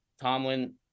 Tomlin